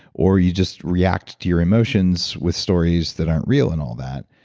or you just react to your emotions with stories that aren't real and all that.